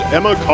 Emma